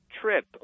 trip